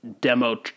demo